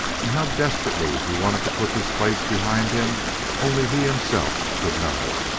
and how desperately he wanted to put this place behind him only he himself could know.